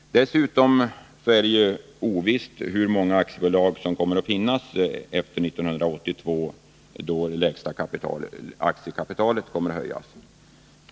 Dessutom är det ovisst hur många aktiebolag det kommer att finnas efter 1981, då det lägsta aktiekapitalet kommer att höjas.